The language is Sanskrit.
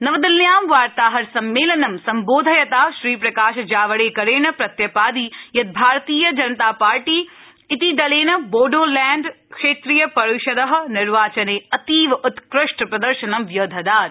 नवदिल्ल्यां वार्ताहर सम्मेलनं सम्बोधयता श्रीप्रकाश जावडेकरेण प्रत्यपादि यत् भारतीय जनता पार्टी इति दलेन बोडोलैण्ड क्षेत्रीय परिषद निर्वाचने अतीव उत्कृष्ट प्रदर्शनं व्यदधात्